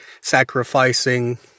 sacrificing